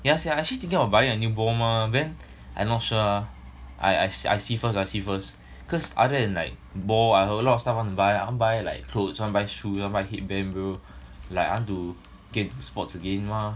yeah sia actually thinking of buying a new ball mah then I'm not sure uh I I I see first uh see first cause other than like ball I got a lot of stuff I want buy like clothes want buy shoe want buy headband bro like I want to get into sports again mah